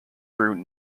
through